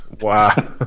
Wow